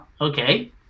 Okay